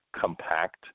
compact